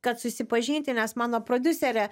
kad susipažinti nes mano prodiusere